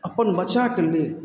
अपन बच्चाके लेल